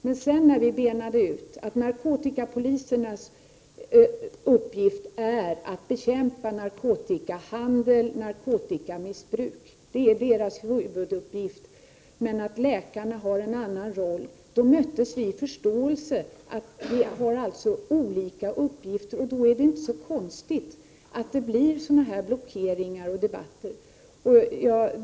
När vi sedan benade upp frågorna och konstaterade att narkotikapolisens huvuduppgift är att bekämpa narkotikahandel och narkotikamissbruk medan läkarna har en annan roll, möttes vi i förståelse — vi har alltså olika uppgifter. Det är därför inte så konstigt att det blir sådana här blockeringar och debatter.